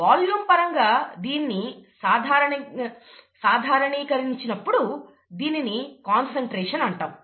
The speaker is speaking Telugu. వాల్యూమ్ పరంగా దీన్ని సాధారణీకరించినప్పుడు దీనిని కాన్సెన్ట్రేషన్ అంటాము